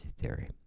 theory